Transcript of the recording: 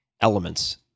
elements